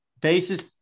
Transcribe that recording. basis